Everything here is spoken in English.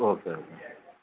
okay okay